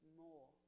more